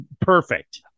perfect